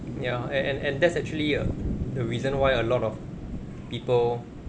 ya and and and that's actually the reason why a lot of people